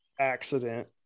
accident